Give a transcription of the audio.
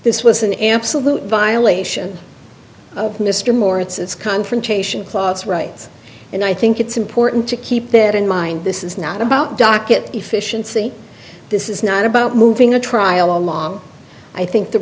this was an absolute violation of mr moore it's confrontation clause rights and i think it's important to keep that in mind this is not about docket efficiency this is not about moving a trial along i think the